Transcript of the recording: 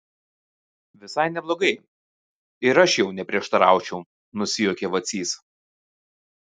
visai neblogai ir aš jau neprieštaraučiau nusijuokė vacys